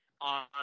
On